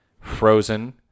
frozen